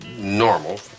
Normal